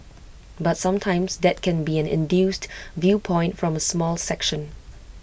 but sometimes that can be an induced viewpoint from A small section